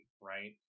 right